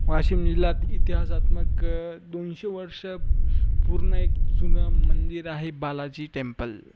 वाशिम जिल्ह्यात इतिहासात्मक दोनशे वर्ष पूर्ण एक जुनं मंदिर आहे बालाजी टेम्पल